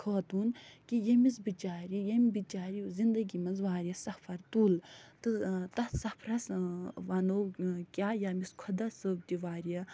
خوطوٗن کہِ ییٚمِس بِچارِ یِم بِچارِ زنٛدگی منٛز وارِیاہ سفر تُل تہٕ تتھ سفرس وَنو کیٛاہ ییٚمِس خۄدا صٲب تہِ وارِیاہ